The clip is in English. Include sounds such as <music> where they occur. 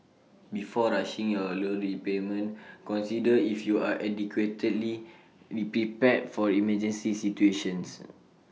before rushing your loan repayment consider if you are adequately <unintelligible> prepared for emergency situations